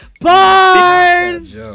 bars